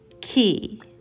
key